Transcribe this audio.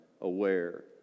aware